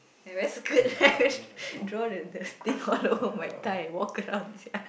I very screwed right draw the the thing all over my thigh and walk around sia